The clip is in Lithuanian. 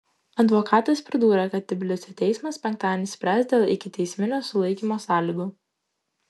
advokatas pridūrė kad tbilisio teismas penktadienį spręs dėl ikiteisminio sulaikymo sąlygų